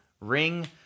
ring